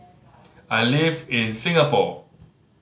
I live in Singapore